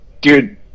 Dude